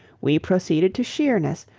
we proceeded to sheerness,